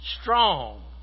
Strong